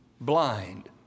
blind